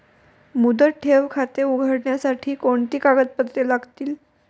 मुदत ठेव खाते उघडण्यासाठी कोणती कागदपत्रे लागतील?